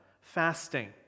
fasting